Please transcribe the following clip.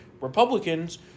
Republicans